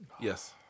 Yes